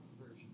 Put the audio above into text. version